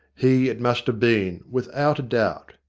he it must have been, without a doubt.